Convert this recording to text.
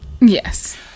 Yes